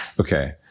Okay